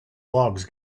logs